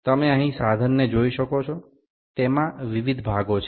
আপনি এখানে যন্ত্রটি দেখতে পাচ্ছেন এর বিভিন্ন উপাদান রয়েছে